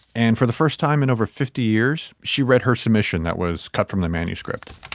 and for the first time in over fifty years, she read her submission that was cut from the manuscript